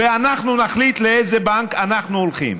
ואנחנו נחליט לאיזה בנק אנחנו הולכים.